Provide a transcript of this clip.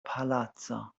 palaco